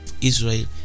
Israel